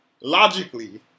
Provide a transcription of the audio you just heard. logically